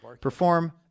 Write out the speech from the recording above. perform